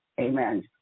Amen